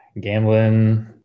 gambling